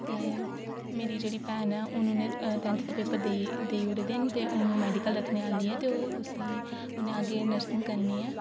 ते मेरी जेहड़ी भैन ऐ हून उनें टैंथ दे पेपर देई देई उड़े दे न ते हून ओह् मेडिकल रक्खने आह्ली ऐ ते ओह् उसी उन्नै अग्गें नर्सिंग करनी ऐ